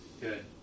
Good